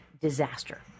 disaster